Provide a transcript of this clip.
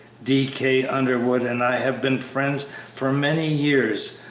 d. k. underwood and i have been friends for many years,